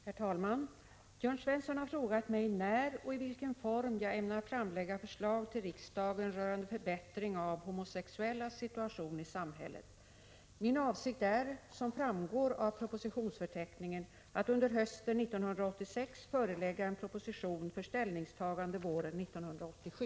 Herr talman! Jörn Svensson har frågat mig när och i vilken form jag ämnar framlägga förslag till riksdagen rörande förbättring av homosexuellas situation i samhället. Min avsikt är — som framgår av propositionsförteckningen — att under hösten 1986 förelägga en proposition för ställningstagande våren 1987.